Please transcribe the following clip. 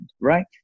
right